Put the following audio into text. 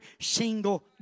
single